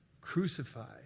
crucified